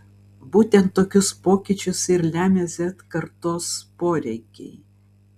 būtent tokius pokyčius ir lemia z kartos poreikiai